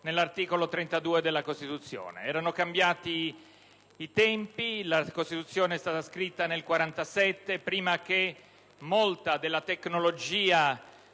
nell'articolo 32 della Costituzione. Erano cambiati i tempi: la Costituzione è stata scritta nel 1947, prima che esistesse molta della tecnologia